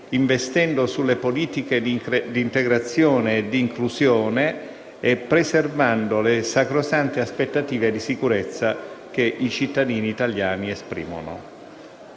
investendo sulle politiche di integrazione e di inclusione e preservando le sacrosante aspettative di sicurezza che esprimono i cittadini italiani.